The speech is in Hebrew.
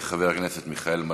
חבר הכנסת מיכאל מלכיאלי,